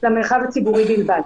למרחב הציבורי בלבד.